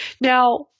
Now